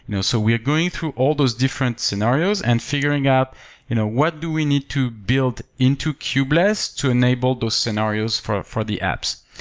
you know so we're going through all those different scenarios and figuring out you know what do we need to build into kubeless to enable those scenarios for for the apps.